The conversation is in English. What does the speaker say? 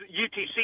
UTC